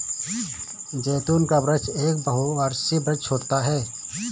जैतून का वृक्ष एक बहुवर्षीय वृक्ष होता है